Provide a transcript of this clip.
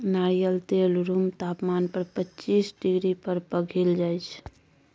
नारियल तेल रुम तापमान पर पचीस डिग्री पर पघिल जाइ छै